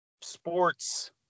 sports